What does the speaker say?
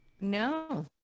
No